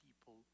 people